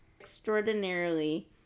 extraordinarily